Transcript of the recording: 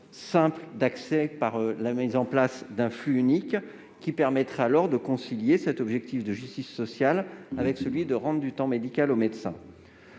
simple d'accès par la mise en place d'un flux unique, qui permettrait de concilier l'objectif de justice sociale et celui consistant à rendre du temps médical aux médecins.